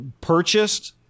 purchased